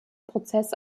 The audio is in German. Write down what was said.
prozess